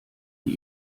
die